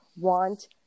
want